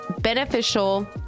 beneficial